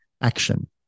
action